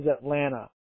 atlanta